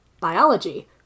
biology